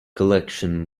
collection